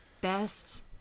best